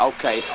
Okay